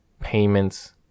Payments